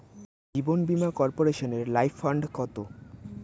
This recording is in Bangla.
জীবন বীমা কর্পোরেশনের লাইফ ফান্ড কত?